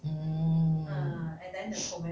mm